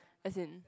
as in